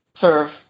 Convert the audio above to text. serve